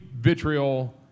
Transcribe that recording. vitriol